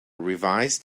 revised